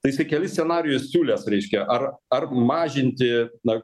tai jisai kelis scenarijus siūlęs reiškia ar ar mažinti na